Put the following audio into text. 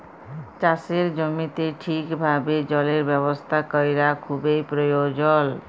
চাষের জমিতে ঠিকভাবে জলের ব্যবস্থা ক্যরা খুবই পরয়োজল